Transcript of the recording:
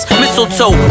mistletoe